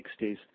1960s